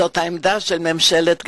זאת העמדה של ממשלת גרמניה,